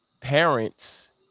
parents